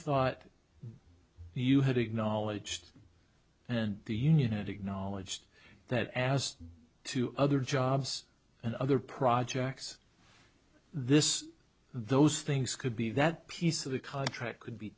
thought you had acknowledged and the union and acknowledged that as to other jobs and other projects this those things could be that piece of the contract could be